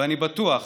ואני בטוח